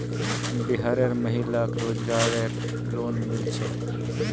बिहार र महिला क रोजगार रऐ लोन मिल छे